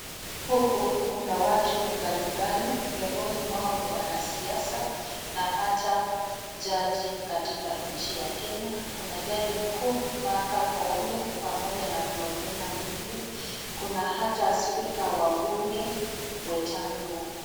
Huku kuna watu mbalimbali miongoni mwao ni wanasiasa na hata jaji katika nchi ya Kenya. Kuna jaji mkuu Martha Koone pamoja na Philomena Mwilu. Kuna hata spika wa bunge, Wetangula.